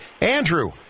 Andrew